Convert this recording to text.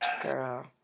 girl